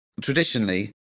traditionally